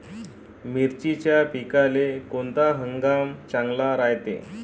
मिर्चीच्या पिकाले कोनता हंगाम चांगला रायते?